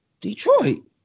Detroit